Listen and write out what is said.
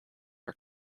are